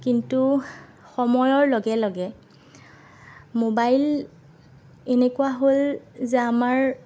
কিন্তু সময়ৰ লগে লগে মোবাইল এনেকুৱা হ'ল যে আমাৰ